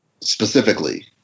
specifically